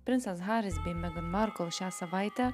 princas haris bei megan markl šią savaitę